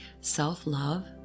Self-love